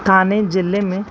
ठाणे जिले में